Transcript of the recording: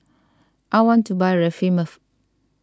I want to buy Remifemin